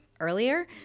earlier